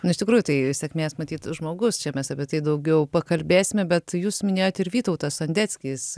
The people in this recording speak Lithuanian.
nu iš tikrųjų tai sėkmės matyt žmogus čia mes apie tai daugiau pakalbėsime bet jūs minėjot ir vytautas sondeckis